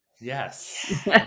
Yes